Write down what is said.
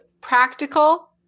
practical